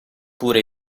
pure